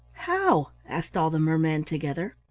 how? asked all the mermen together.